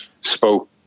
spoke